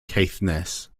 caithness